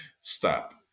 Stop